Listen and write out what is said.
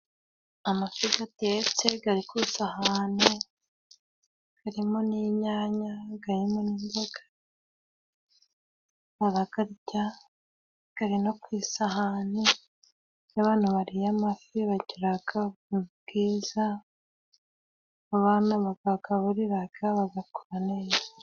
Amafi atetse ari ku isahane, arimo n'inyanya, arimo n'imboga. Barayarya ari no ku isahane. Iyo abantu bariye amafi bagira ubuzima bwiza. Abana bayagaburira bakura neza.